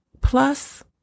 Plus